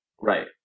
Right